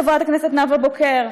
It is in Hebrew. חברת הכנסת נאוה בוקר,